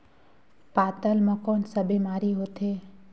पातल म कौन का बीमारी होथे?